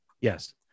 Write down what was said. Yes